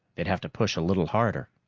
they'd have to push a little harder.